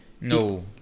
No